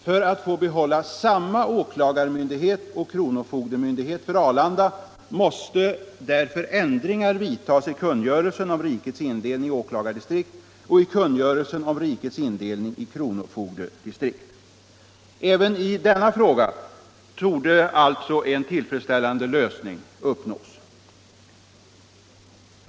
För att få behålla samma åklagarmyndighet och kronofogdemyndighet för Arlanda måste därför ändringar —-—-- vidtas i kungörelsen ——-- om rikets indelning i åklagardistrikt och i kungörelsen --- om rikets indelning i kronofogdedistrikt.” Även i denna fråga torde alltså en tillfredsställande lösning uppnås.